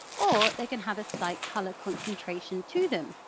or they can have a slight colour concentration to them,